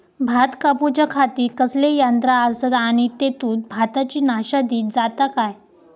भात कापूच्या खाती कसले यांत्रा आसत आणि तेतुत भाताची नाशादी जाता काय?